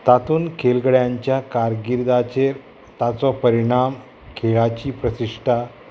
तातूंत खेलगड्यांच्या कारगिर्दाचेर ताचो परिणाम खेळाची प्रतिश्टा